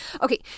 Okay